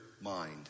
mind